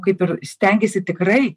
kaip ir stengiasi tikrai